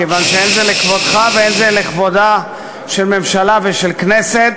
כיוון שאין זה לכבודך ואין זה לכבודה של ממשלה ושל כנסת